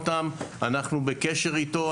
אנחנו בקשר אתו,